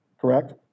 correct